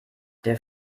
der